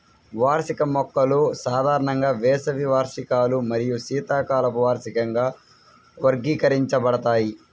వార్షిక మొక్కలు సాధారణంగా వేసవి వార్షికాలు మరియు శీతాకాలపు వార్షికంగా వర్గీకరించబడతాయి